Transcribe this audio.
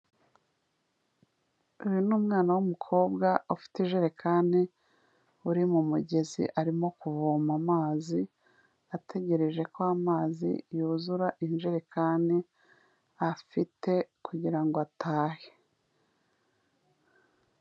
Uyu ni umwana w'umukobwa ufite ijerekani uri mu mugezi arimo kuvoma amazi, ategereje ko amazi yuzura injerekani afite kugirango atahe.